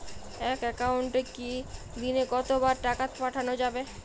এক একাউন্টে দিনে কতবার টাকা পাঠানো যাবে?